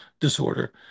disorder